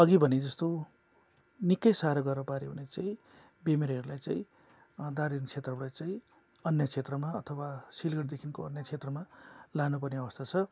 अघि भने जस्तो निकै साह्रो गाह्रो पार्यो भने चाहिँ बिमारीहरूलाई दार्जिलिङ क्षेत्रबाट चाहिँ अन्य क्षेत्रमा अथवा सिलगडीदेखिको अन्य क्षेत्रमा लानु पर्ने अवस्था छ